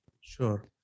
Sure